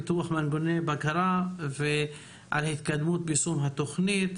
פיתוח מנגנוני בקרה והתקדמות יישום התוכנית,